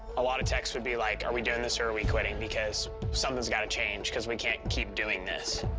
a lot of texts would be like, are we doing this or are we quitting? because something's gotta change because we can't keep doing this.